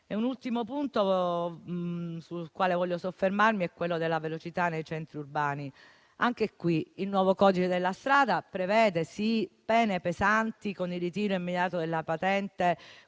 Un ultimo punto sul quale vorrei soffermarmi è quello della velocità nei centri urbani. Anche a questo proposito il nuovo codice della strada prevede, sì, pene pesanti con il ritiro immediato della patente